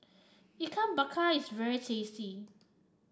Ikan Bakar is very tasty